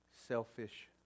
selfish